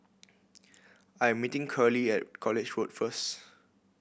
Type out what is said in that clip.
I'm meeting Curley at College Road first